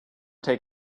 take